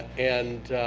and